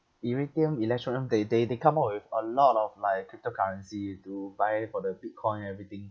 ethereum electroneum they they they come up with a lot of like cryptocurrency to buy for the bitcoin everything